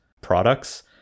products